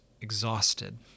exhausted